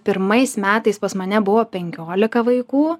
pirmais metais pas mane buvo penkiolika vaikų